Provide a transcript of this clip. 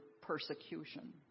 persecution